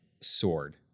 sword